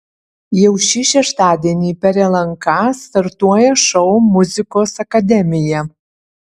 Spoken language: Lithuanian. jau šį šeštadienį per lnk startuoja šou muzikos akademija